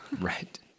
Right